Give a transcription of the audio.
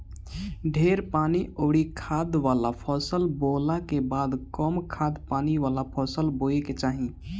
ढेर पानी अउरी खाद वाला फसल बोअला के बाद कम खाद पानी वाला फसल बोए के चाही